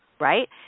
right